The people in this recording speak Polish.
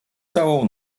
całą